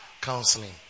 counseling